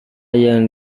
yang